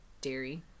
dairy